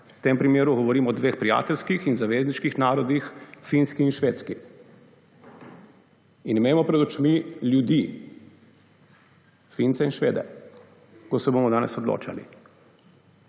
V tem primeru govorim o dveh prijateljskih in zavezniških narodih Finski in Švedski. In imejmo pred očmi ljudi. Fince in Švede, ko se bomo danes odločali.